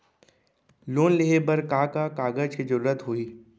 Loan लेहे बर का का कागज के जरूरत होही?